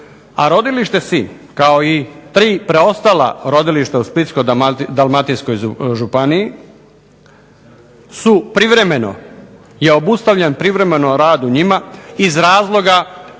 a rodilište Sinj, kao i tri preostala rodilišta u Splitsko-dalmatinskoj županiji je obustavljen privremeno rad u njima iz razloga